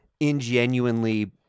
ingenuinely